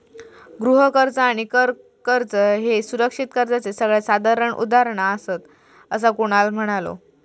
गृह कर्ज आणि कर कर्ज ह्ये सुरक्षित कर्जाचे सगळ्यात साधारण उदाहरणा आसात, असा कुणाल म्हणालो